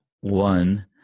one